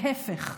להפך,